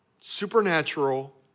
Supernatural